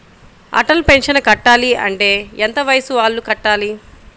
Atal pension కట్టాలి అంటే ఎంత వయసు వాళ్ళు కట్టాలి?